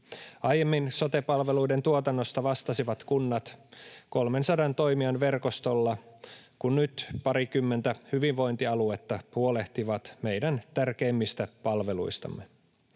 Aiemmin sote-palveluiden tuotannosta vastasivat kunnat 300 toimijan verkostolla, kun nyt parikymmentä hyvinvointialuetta huolehtivat meidän tärkeimmistä palveluistamme.